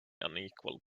unequal